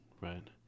right